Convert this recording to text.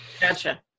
Gotcha